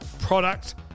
product